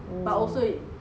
mm